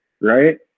right